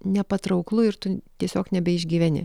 nepatrauklu ir tu tiesiog nebeišgyveni